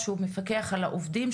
שהוא מפקח על העובדים,